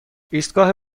ایستگاه